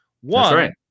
One